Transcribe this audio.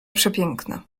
przepiękna